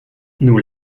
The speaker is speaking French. nous